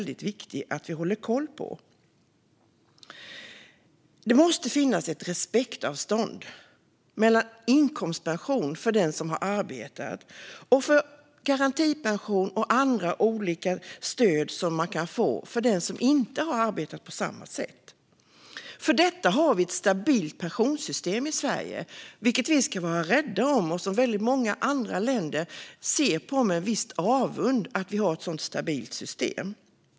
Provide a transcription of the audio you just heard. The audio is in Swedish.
Det måste finnas ett respektavstånd mellan inkomstpension för den som har arbetat och garantipension och andra olika stöd som den som inte har arbetat på samma sätt kan få. För detta har vi ett stabilt pensionssystem i Sverige, vilket vi ska vara rädda om. Många andra länder ser med viss avund på att vi har ett så stabilt system.